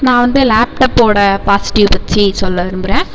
நான் வந்து லேப்டப்போட பாசிட்டிவ் பற்றி சொல்ல விரும்புகிறேன்